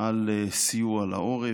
על סיוע לעורף,